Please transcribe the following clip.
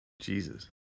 Jesus